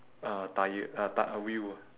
uh tyre uh ty~ uh wheel ah